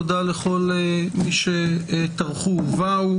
תודה לכל מי שטרח ובא.